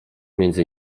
między